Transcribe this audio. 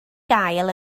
gael